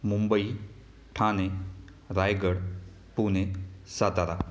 Mumbai Thane Raigad Pune Satara